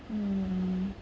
mm mm